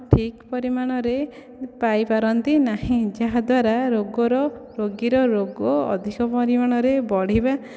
ଠିକ୍ ପରିମାଣରେ ପାଇପାରନ୍ତି ନାହିଁ ଯାହାଦ୍ୱାରା ରୋଗର ରୋଗୀର ରୋଗ ଅଧିକ ପରିମାଣରେ ବଢ଼ିବା